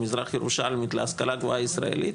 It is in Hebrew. המזרח ירושלמית להשכלה הגבוהה הישראלית,